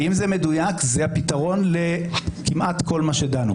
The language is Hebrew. כי אם זה מדויק, זה הפתרון לכמעט כל מה שדנו בו.